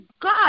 God